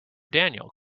daniel